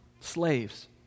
slaves